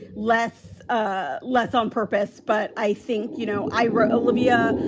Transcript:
less, ah less on purpose. but i think, you know, i wrote olivia.